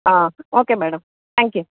okay madam thank you